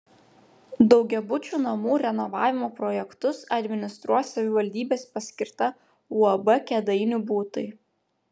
daugiabučių namų renovavimo projektus administruos savivaldybės paskirta uab kėdainių butai